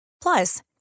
Plus